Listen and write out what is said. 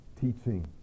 teaching